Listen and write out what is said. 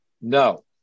no